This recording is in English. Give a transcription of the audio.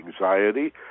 anxiety